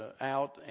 out